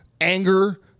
anger